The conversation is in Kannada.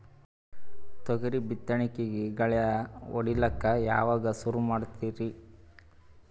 ತೊಗರಿ ಬಿತ್ತಣಿಕಿಗಿ ಗಳ್ಯಾ ಹೋಡಿಲಕ್ಕ ಯಾವಾಗ ಸುರು ಮಾಡತೀರಿ?